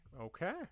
okay